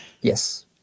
Yes